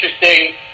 interesting